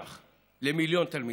החינוך הם כמיליארד ש"ח למיליון תלמידים.